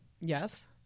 Yes